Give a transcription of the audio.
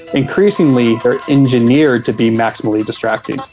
increasingly they are engineered to be maximally distracting.